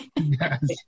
Yes